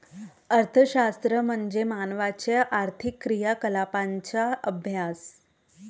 अर्थशास्त्र म्हणजे मानवाच्या आर्थिक क्रियाकलापांचा अभ्यास